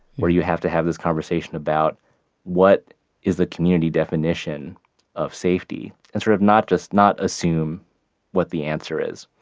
where you have to have this conversation about what is the community definition of safety and sort of not just assume what the answer is.